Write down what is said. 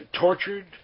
tortured